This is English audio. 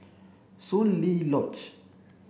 Soon Lee Lodge